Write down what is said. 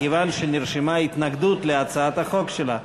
מכיוון שנרשמה התנגדות להצעת החוק שלה.